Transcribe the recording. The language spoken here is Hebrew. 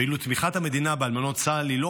ואילו תמיכת המדינה באלמנות צה"ל היא לא